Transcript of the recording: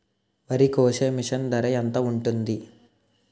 వరి కోసే మిషన్ ధర ఎంత ఉంటుంది?